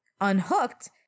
unhooked